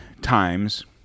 times